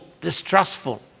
distrustful